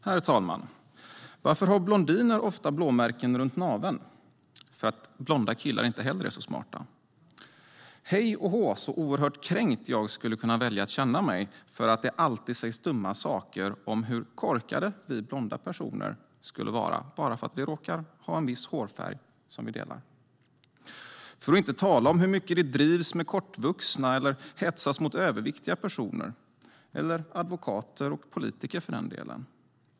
Herr talman! Varför har blondiner ofta blåmärken runt naveln? Jo, för att blonda killar inte heller är särskilt smarta. Hej och hå, så oerhört kränkt jag skulle kunna välja att känna mig för att det alltid sägs dumma saker om hur korkade vi blonda personer är, bara för att vi råkar ha en viss hårfärg. Och vi ska inte tala om hur mycket det drivs med kortvuxna eller hetsas mot överviktiga personer, eller advokater och politiker för den delen.